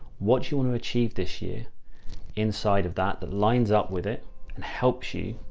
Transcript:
what you want to achieve this year inside of that, that lines up with it and helps you,